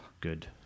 Good